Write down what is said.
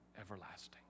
everlasting